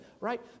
right